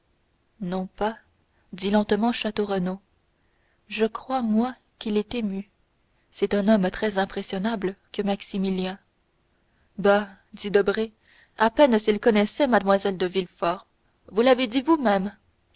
non pas dit lentement château renaud je crois moi qu'il est ému c'est un homme très impressionnable que maximilien bah dit debray à peine s'il connaissait mlle de villefort vous l'avez dit vous-même